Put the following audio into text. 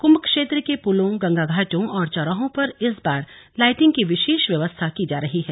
कृम्भ क्षेत्र के पुलों गंगाघाटों और चौराहों पर इस बार लाइटिंग की विशेष व्यवस्था की जा रही है